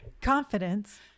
confidence